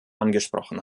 angesprochen